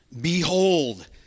behold